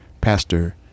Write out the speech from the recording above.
Pastor